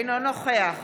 אינו נוכח